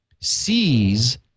sees